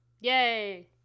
Yay